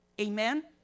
Amen